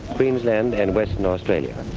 queensland and western australia.